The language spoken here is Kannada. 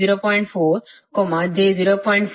5 j 0